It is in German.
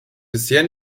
bisher